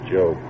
Joe